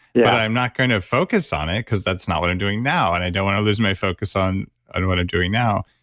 yeah i'm not kind of focused on it because that's not what i'm doing now. and i don't want to lose my focus on and what i'm doing now.